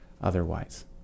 otherwise